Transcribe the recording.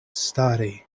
stari